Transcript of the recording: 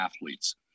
athletes